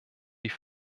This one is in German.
die